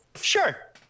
sure